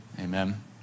Amen